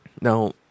Now